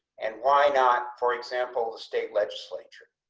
and why not, for example, the state legislature,